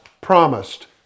promised